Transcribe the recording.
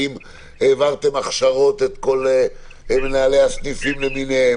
האם העברתם הכשרות את כל מנהלי הסניפים למיניהם?